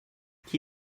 qui